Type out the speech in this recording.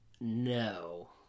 no